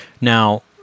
Now